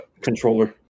controller